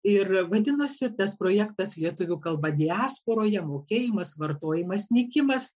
ir vadinosi tas projektas lietuvių kalba diasporoje mokėjimas vartojimas nykimas